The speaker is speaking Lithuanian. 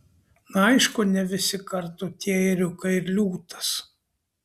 na aišku ne visi kartu tie ėriukai ir liūtas